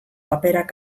paperak